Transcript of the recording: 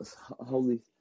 holy